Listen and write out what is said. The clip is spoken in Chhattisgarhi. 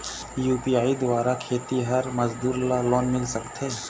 यू.पी.आई द्वारा खेतीहर मजदूर ला लोन मिल सकथे?